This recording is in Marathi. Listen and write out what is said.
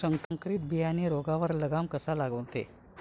संकरीत बियानं रोगावर लगाम कसा लावते?